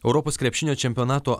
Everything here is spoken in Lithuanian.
europos krepšinio čempionato